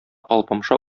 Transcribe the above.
алпамша